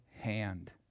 hand